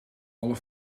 alle